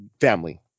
family